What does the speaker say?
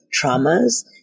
traumas